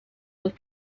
with